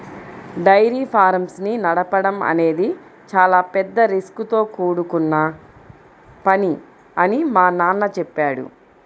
dairy farms ని నడపడం అనేది చాలా పెద్ద రిస్కుతో కూడుకొన్న పని అని మా నాన్న చెప్పాడు